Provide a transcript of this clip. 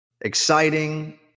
exciting